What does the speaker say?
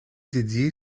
dédié